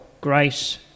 grace